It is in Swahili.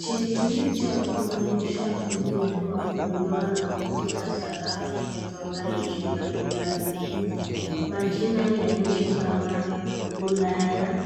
Cheti cha kuonyesha mwendendo wa kununua na kuuza sarafu kutoka nchi mbalimbali. Majina ya nchi kama Ulaya,